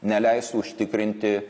neleistų užtikrinti